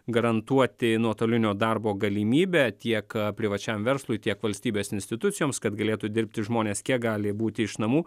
garantuoti nuotolinio darbo galimybę tiek privačiam verslui tiek valstybės institucijoms kad galėtų dirbti žmonės kiek gali būti iš namų